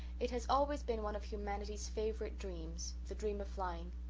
it has always been one of humanity's favourite dreams the dream of flying.